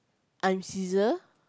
I'm Ceasar